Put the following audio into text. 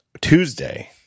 Tuesday